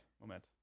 moment